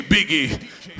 Biggie